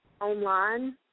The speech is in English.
online